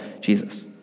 Jesus